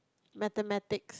Mathematics